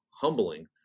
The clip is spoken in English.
humbling